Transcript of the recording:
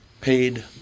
paid